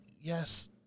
Yes